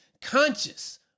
conscious